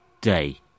day